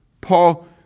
Paul